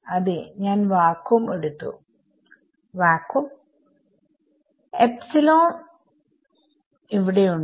അതെ ഞാൻ വാക്വം എടുത്തു വിദ്യാർത്ഥി വാക്വം ഇവിടുണ്ട്